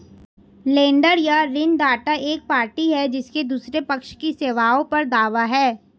लेनदार या ऋणदाता एक पार्टी है जिसका दूसरे पक्ष की सेवाओं पर दावा है